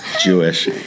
Jewish